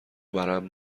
ورم